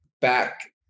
back